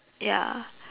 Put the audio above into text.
ya